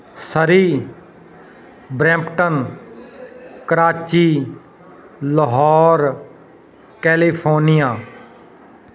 Surrey Brampton Karachi Lahore California